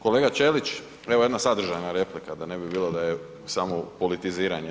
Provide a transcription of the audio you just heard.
Kolega Ćelić, evo jedna sadržajna replika da ne bi bilo da je samo politiziranje.